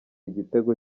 igitego